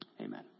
Amen